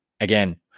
again